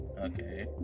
Okay